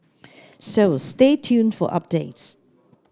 so stay tuned for updates